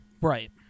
Right